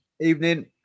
Evening